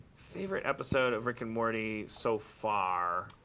favorite episode of rick and morty so far